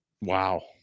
Wow